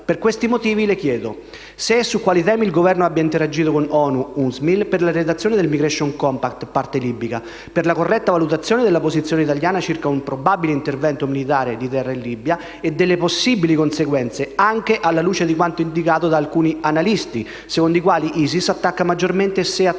Per questi motivi, le chiedo se e su quali temi il Governo abbia interagito con l'ONU-UNSMIL per la redazione del *migration compact*, parte libica, per la corretta valutazione della posizione italiana circa un probabile intervento militare di terra in Libia e delle possibili conseguenze, anche alla luce di quanto indicato da alcuni analisti, secondo i quali ISIS attacca maggiormente se